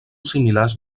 similars